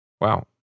Wow